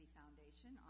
Foundation